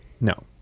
No